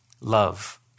love